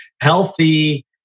healthy